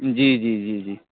جی جی جی جی